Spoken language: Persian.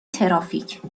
ترافیک